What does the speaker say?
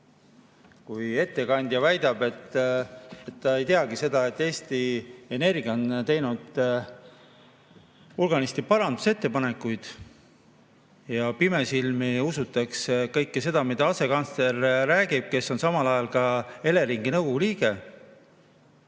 Kui ettekandja väidab, et ta ei teagi seda, et Eesti Energia on teinud hulganisti parandusettepanekuid, ja pimesilmi usutakse kõike, mida räägib asekantsler, kes on samal ajal ka Eleringi nõukogu liige,